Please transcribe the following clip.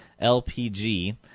LPG